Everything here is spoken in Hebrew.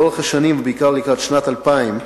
לאורך השנים, בעיקר לקראת שנת 2000,